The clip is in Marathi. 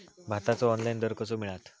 भाताचो ऑनलाइन दर कसो मिळात?